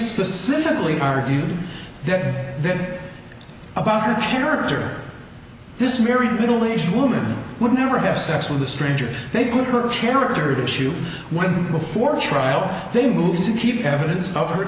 specifically argued that bit about her character this very middle aged woman would never have sex with a stranger they put her characters issue one before trial they moved to keep evidence of her